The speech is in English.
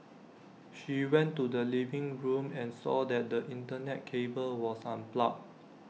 she went to the living room and saw that the Internet cable was unplugged